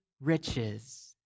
riches